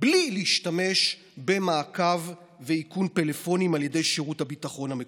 בלי להשתמש במעקב ובאיכון פלאפונים על ידי שירות הביטחון המקומי.